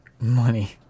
Money